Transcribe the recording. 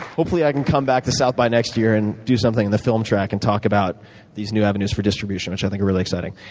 hopefully i can come back to south by next year and do something in the film track and talk about these new avenues for distribution, which i think are really exciting.